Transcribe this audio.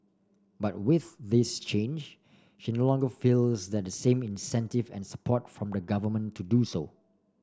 but with this change she no longer feels that same incentive and support from the government to do so